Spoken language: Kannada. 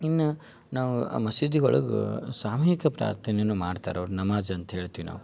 ಇನ್ನ ನಾವು ಆ ಮಸೀದಿ ಒಳಗೆ ಸಾಮೂಹಿಕ ಪ್ರಾರ್ಥನೆಯನ್ನು ಮಾಡ್ತಾರೆ ಅವ್ರು ನಮಾಜ್ ಅಂತ ಹೇಳ್ತೀವಿ ನಾವು